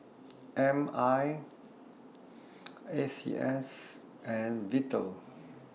M I A C S and Vital